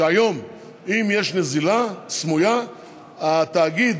אם יש נזילה סמויה התאגיד